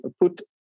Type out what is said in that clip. put